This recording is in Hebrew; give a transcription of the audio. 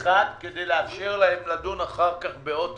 אחד כדי לאפשר להם לדון אחר כך בעוד דחייה.